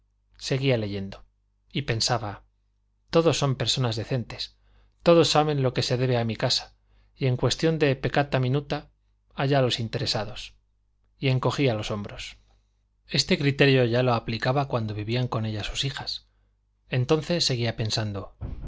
seguía leyendo y pensaba todos son personas decentes todos saben lo que se debe a mi casa y en cuestión de peccata minuta allá los interesados y encogía los hombros este criterio ya lo aplicaba cuando vivían con ella sus hijas entonces seguía pensando